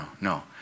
no